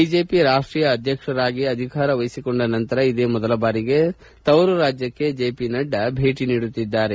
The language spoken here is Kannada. ಬಿಜೆಪಿ ರಾಷ್ಟೀಯ ಅಧ್ಯಕ್ಷರಾಗಿ ಅಧಿಕಾರ ವಹಿಸಿಕೊಂಡ ನಂತರ ಇದೇ ಮೊದಲ ಬಾರಿಗೆ ತಮ್ಮ ತವರು ರಾಜ್ಯಕ್ಕೆ ಜೆಪಿ ನಡ್ಡಾ ಭೇಟಿ ನೀಡುತ್ತಿದ್ದಾರೆ